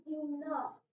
enough